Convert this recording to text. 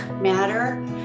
matter